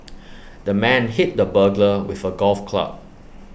the man hit the burglar with A golf club